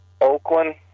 Oakland